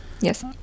yes